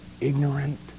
ignorant